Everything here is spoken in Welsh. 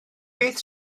beth